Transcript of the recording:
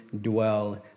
dwell